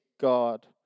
God